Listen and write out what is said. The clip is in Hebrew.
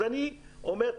אני אומר,